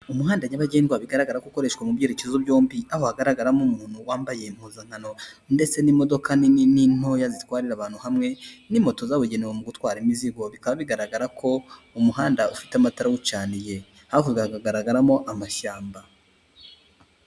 Umuhanda nyabagendwa bigaragara ko ukoreshwa mu byerekezo byombi, aho hagaragaramo umuntu wambaye impuzankano ndetse n'imodoka nini n'intoya zitwarira abantu hamwe n'imoto zabugenewe mu gutwara imizigo, bikaba bigaragara ko umuhanda ufite amatara uwucaniye. Hakurya hakagaragaramo amashyamba.